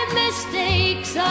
mistakes